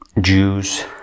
Jews